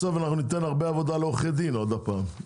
בסוף אנחנו ניתן הרבה עבודה לעורכי דין עוד פעם.